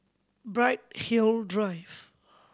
Bright Hill Drive